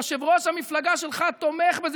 יושב-ראש המפלגה שלך תומך בזה.